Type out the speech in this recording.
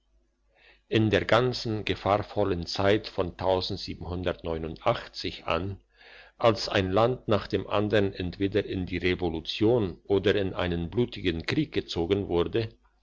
in der ganzen gefahrvollen zeit von an als ein land nach dem andern entweder in die revolution oder in einen blutigen krieg gezogen wurde